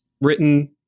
written